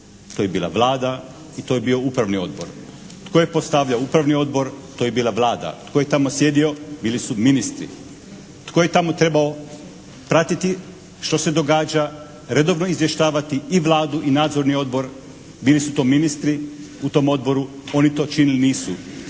To je bila Vlada i to je bio upravni odbor. Tko je postavljao upravni odbor? To je bila Vlada. Tko je tamo sjedio? Bili su ministri. Tko je tamo trebao pratiti što se događa, redovno izvještavati i Vladu i nadzorni odbor? Bili su to ministri u tom odboru, oni to činili nisu.